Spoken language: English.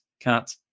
cut